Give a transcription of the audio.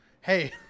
hey